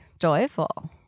joyful